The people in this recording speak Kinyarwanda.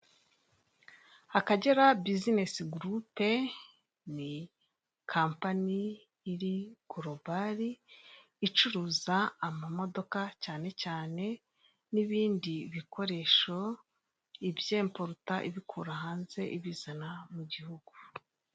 Akagera bizinesi gurupe ni kampani iri gorobari, icuruza amamodoka cyane cyane, n'ibindi bikoresho, ibyemporuta, ibikura hanze, ibizana mu gihugu.